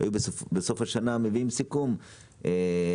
היו מביאים סיכום בסוף השנה,